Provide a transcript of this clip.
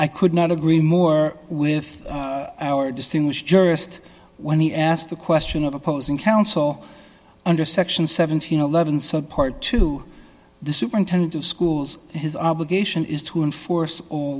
i could not agree more with our distinguished jurist when he asked the question of opposing counsel under section seven hundred and eleven support to the superintendent of schools his obligation is to enforce